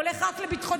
הוא הולך רק לביטחוני,